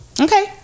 okay